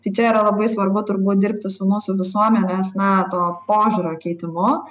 tai čia yra labai svarbu turbūt dirbti su mūsų visuomenės na to požiūrio keitimu